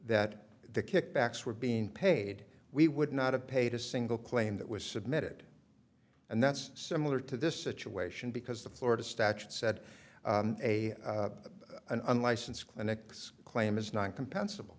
that the kickbacks were being paid we would not have paid a single claim that was submitted and that's similar to this situation because the florida statute said an unlicensed clinics claim is not comp